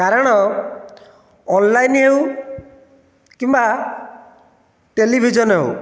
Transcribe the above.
କାରଣ ଅନଲାଇନ୍ ହେଉ କିମ୍ବା ଟେଲିଭିଜନ ହେଉ